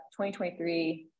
2023